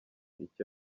icyo